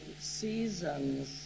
seasons